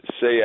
say